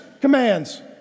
commands